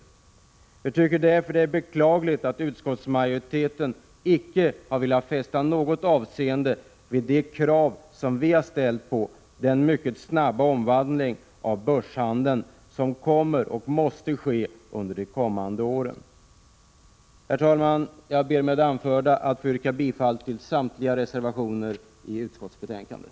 Vi tycker därför att det är beklagligt att utskottsmajoriteten icke velat fästa något avseende vid de krav vi har ställt på den mycket snabba omvandlingen av börshandeln som kommer och som måste ske under de kommande åren. Herr talman! Jag ber med det anförda att få yrka bifall till samtliga reservationer i utskottsbetänkandet.